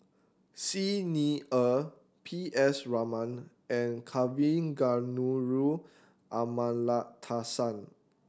Xi Ni Er P S Raman and Kavignareru Amallathasan